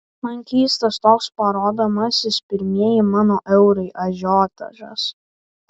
man keistas toks parodomasis pirmieji mano eurai ažiotažas